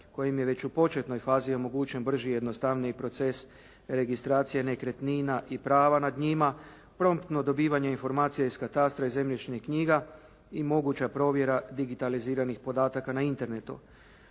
kojim je već u početnoj fazi omogućen brži i jednostavniji proces, registracija nekretnina i prava nad njima, promptno dobivanje informacija iz katastra i zemljišnih knjiga i moguća provjera digitaliziranih podataka na internetu.